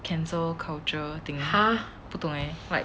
cancel culture thing 不懂 eh